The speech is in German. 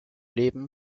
leben